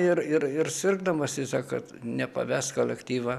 ir ir ir sirgdamas jis kad nepavest kolektyvą